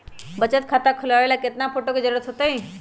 बचत खाता खोलबाबे ला केतना फोटो के जरूरत होतई?